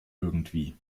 irgendwie